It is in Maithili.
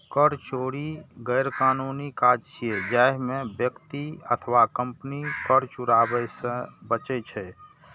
कर चोरी गैरकानूनी काज छियै, जाहि मे व्यक्ति अथवा कंपनी कर चुकाबै सं बचै छै